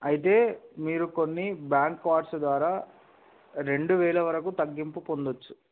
అయితే మీరు కొన్ని బ్యాంక్ కార్డ్స్ ద్వారా రెండు వేల వరకు తగ్గింపు పొందొచ్చు